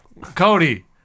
Cody